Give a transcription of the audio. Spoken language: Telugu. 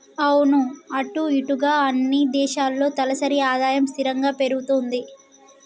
అవును అటు ఇటుగా అన్ని దేశాల్లో తలసరి ఆదాయం స్థిరంగా పెరుగుతుంది